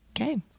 Okay